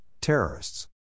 terrorists